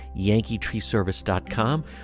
yankeetreeservice.com